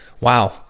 wow